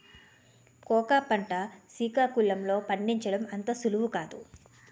cocoa పంట సికాకుళం లో పండించడం అంత సులువు కాదు